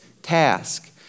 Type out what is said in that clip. Task